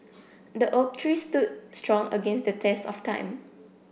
the oak tree stood strong against the test of time